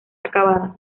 acabada